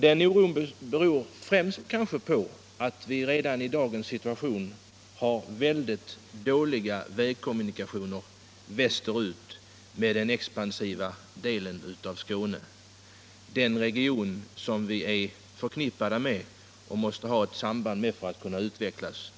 Den oron beror kanske främst på att vi redan i dagens situation har mycket dåliga vägkommunikationer västerut, med den expansiva delen av Skåne, den region som den östra delen av Skåne måste ha ett samband med för att kunna utvecklas.